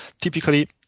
typically